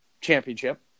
championship